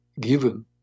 given